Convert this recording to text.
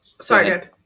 sorry